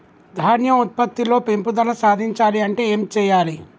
ధాన్యం ఉత్పత్తి లో పెంపుదల సాధించాలి అంటే ఏం చెయ్యాలి?